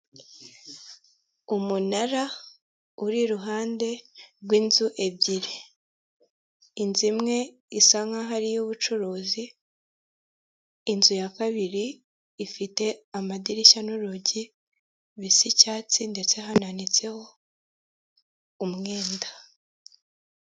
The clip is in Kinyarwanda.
Umunara uri iruhande rw'inzu ebyiri inzu imwe isa nkaho ari iyubucuruzi inzu ya kabiri ifite amadirishya n'urugi bisa icyatsi ndetse hananitseho umwenda .